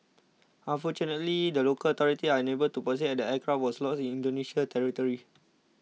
unfortunately the local authorities are unable to proceed as the aircraft was lost in Indonesia territory